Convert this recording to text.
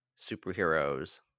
superheroes